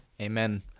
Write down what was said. Amen